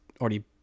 already